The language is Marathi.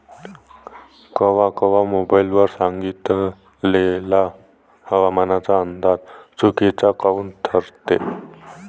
कवा कवा मोबाईल वर सांगितलेला हवामानाचा अंदाज चुकीचा काऊन ठरते?